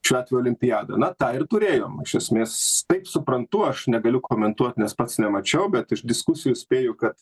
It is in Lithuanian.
šiuo atveju olimpiadą na tą ir turėjom iš esmės taip suprantu aš negaliu komentuot nes pats nemačiau bet iš diskusijų spėju kad